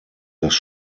dass